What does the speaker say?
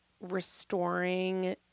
restoring